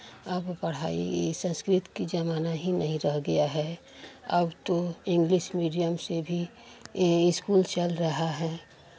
अब पढ़ाई संस्कृत के ज़माना ही नहीं रह गया है अब तो इंग्लिश मीडियम से भी ये इस्कूल चल रहा है